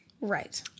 right